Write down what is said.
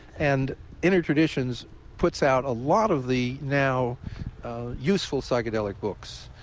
and inner traditions puts out a lot of the now useful psychedelic books.